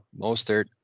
Mostert